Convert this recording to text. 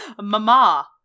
Mama